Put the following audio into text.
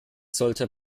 sollte